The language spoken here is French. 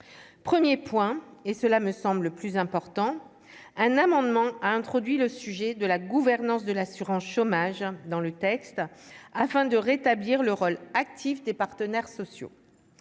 : 1er Point et cela me semble plus important, un amendement a introduit le sujet de la gouvernance de l'assurance chômage, dans le texte afin de rétablir le rôle actif des partenaires sociaux